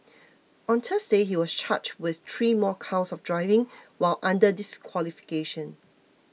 on Thursday he was charged with three more counts of driving while under disqualification